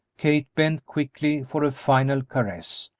kate bent quickly for a final caress.